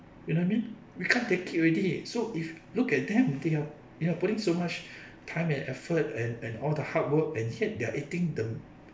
you know what I mean we can't take it already so if look at them they are you know putting so much time and effort and and all the hard work and yet they are eating the